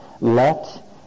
let